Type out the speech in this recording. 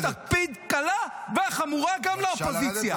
-- אז תקפיד קלה כחמורה גם לאופוזיציה.